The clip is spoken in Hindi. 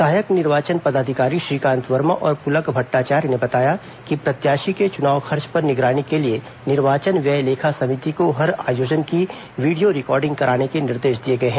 सहायक निर्वाचन पदाधिकारी श्रीकांत वर्मा और पुलक भट्टाचार्य ने बताया कि प्रत्याषी के चुनाव खर्च पर निगरानी के लिए निर्वाचन व्यय लेखा समिति को हर आयोजन की वीडियो रिकॉर्डिंग कराने के निर्देश दिए गए हैं